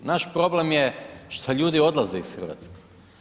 Naš problem je što ljudi odlaze iz Hrvatske.